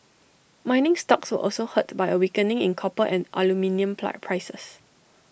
mining stocks were also hurt by A weakening in copper and aluminium prices